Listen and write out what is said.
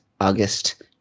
August